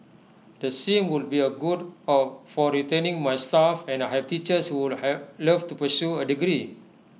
the sin would be A good of for retaining my staff and I have teachers who have love to pursue A degree